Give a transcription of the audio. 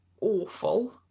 awful